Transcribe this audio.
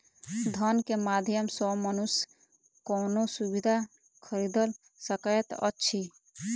धन के माध्यम सॅ मनुष्य कोनो सुविधा खरीदल सकैत अछि